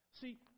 See